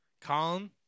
Colin